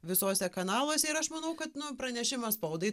visuose kanaluose ir aš manau kad nu pranešimas spaudai